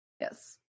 Yes